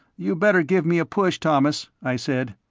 you'd better give me a push, thomas, i said.